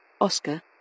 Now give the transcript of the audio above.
Oscar